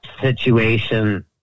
situation